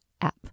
app